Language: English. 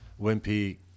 wimpy